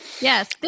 Yes